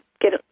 get